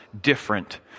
different